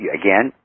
again